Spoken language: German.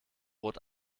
rot